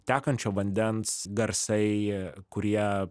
tekančio vandens garsai kurie